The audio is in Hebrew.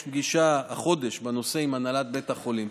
יש פגישה החודש בנושא עם הנהלת בית החולים.